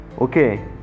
Okay